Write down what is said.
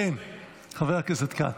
חבר הכנסת כץ.